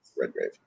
Redgrave